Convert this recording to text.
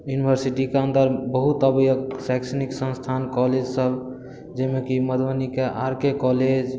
यूनिवर्सिटीके अन्दर बहुत अबैया शैक्षणिक सन्स्थान कॉलेज सभ जाहिमे कि मधुबनीके आर के कॉलेज